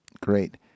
Great